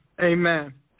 Amen